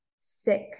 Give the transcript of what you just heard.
sick